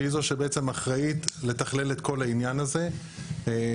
שהיא זו שבעצם אחראית לתכלל את כל העניין הזה ובעצם